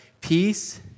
peace